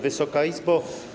Wysoka Izbo!